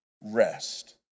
rest